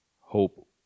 hope